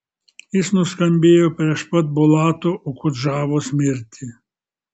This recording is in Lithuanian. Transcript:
jis nuskambėjo prieš pat bulato okudžavos mirtį